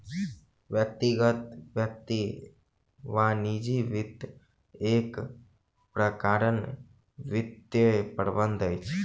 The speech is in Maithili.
व्यक्तिगत वित्त वा निजी वित्त एक प्रकारक वित्तीय प्रबंधन अछि